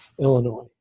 Illinois